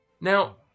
Now